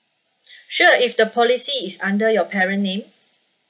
sure if the policy is under your parent name